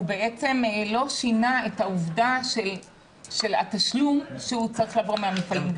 בעצם לא שינה את העובדה שהתשלום צריך לבוא מהמפעלים.